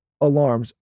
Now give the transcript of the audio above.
alarms